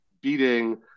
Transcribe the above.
beating